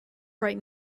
right